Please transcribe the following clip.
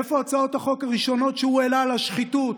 איפה הצעות החוק הראשונות שהוא העלה, על השחיתות?